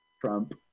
Trump